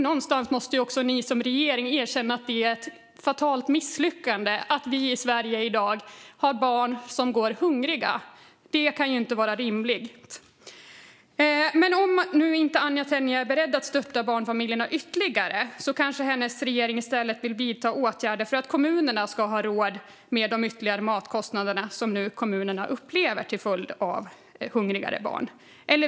Någonstans måste väl ni som regering erkänna att det är ett fatalt misslyckande att vi i Sverige i dag har barn som går hungriga? Det kan inte vara rimligt. Men om nu Anna Tenje inte är beredd att stötta barnfamiljerna ytterligare kanske hennes regering i stället vill vidta åtgärder för att kommunerna ska ha råd med de ytterligare matkostnader som de nu upplever till följd av hungrigare barn?